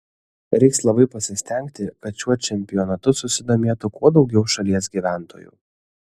reiks labai pasistengti kad šiuo čempionatu susidomėtų kuo daugiau šalies gyventojų